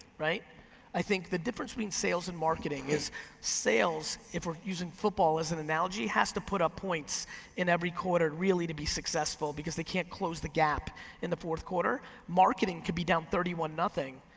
i think the difference between sales and marketing is sales, if we're using football as an analogy, has to put up points in every quarter really to be successful, because they can't close the gap in the fourth quarter. marketing can be down thirty one nothing,